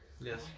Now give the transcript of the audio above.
Yes